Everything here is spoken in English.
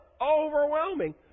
overwhelming